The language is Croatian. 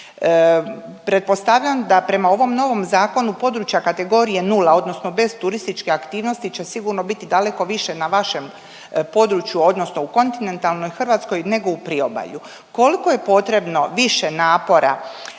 Pretpostavljam da prema ovom novom zakonu područja kategorije nula, odnosno bez turističke aktivnosti će sigurno biti daleko više na vašem području, odnosno u kontinentalnoj Hrvatskoj nego u priobalju. Koliko je potrebno više napora